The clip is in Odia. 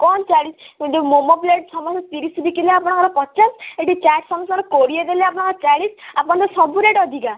କଣ ଚାଳିଶ୍ ଯେଉଁ ମୋମୋ ପ୍ଲେଟ୍ ସମସ୍ତେ ତିରିଶ୍ ବିକିଲେ ଆପଣଙ୍କର ପଚାଶ ଏଠି ଚାଟ୍ ସମସ୍ତେ କୋଡ଼ିଏ ଦେଲେ ଆପଣଙ୍କର ଚାଳିଶ୍ ଆପଣଙ୍କର ତ ସବୁ ରେଟ୍ ଅଧିକା